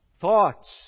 thoughts